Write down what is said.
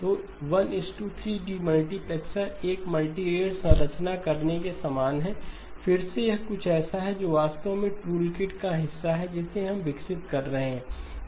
तो 1 3 डीमल्टीप्लेक्सर एक मल्टीरेट संरचना करने के समान है फिर से यह कुछ ऐसा है जो वास्तव में टूल किट का हिस्सा है जिसे हम विकसित कर रहे हैं